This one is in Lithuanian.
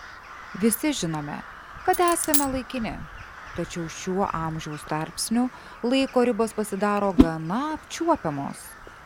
visi žinome kad esame laikini tačiau šiuo amžiaus tarpsniu laiko ribos pasidaro gana apčiuopiamos